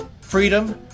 freedom